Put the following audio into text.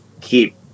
keep